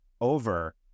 over